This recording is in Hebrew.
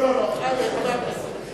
לא, לא, לא, חבר הכנסת חסון.